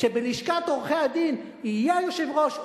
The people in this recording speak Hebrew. שבלשכת עורכי-הדין יהיה היושב-ראש,